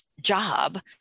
job